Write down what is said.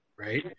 right